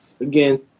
again